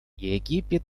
египет